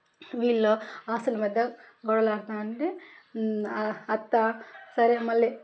వీళ్ళు ఆస్తుల మీద గొడవ లేకపోయినా అని అంటే అత్త సరే మళ్ళీ